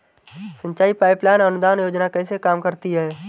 सिंचाई pipeline अनुदान योजना कैसे काम करती है?